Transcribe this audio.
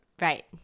Right